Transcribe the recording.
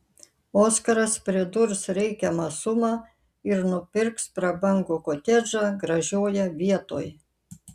oskaras pridurs reikiamą sumą ir nupirks prabangų kotedžą gražioje vietoj